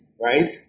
right